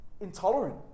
intolerant